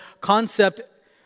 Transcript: concept